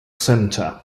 center